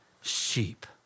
sheep